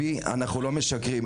אנחנו לא משקרים.